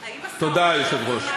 תודה, היושב-ראש.